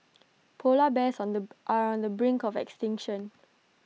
Polar Bears on the are on the brink of extinction